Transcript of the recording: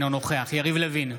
אינו נוכח יריב לוין,